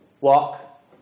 Walk